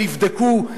נבדקו,